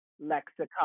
lexicon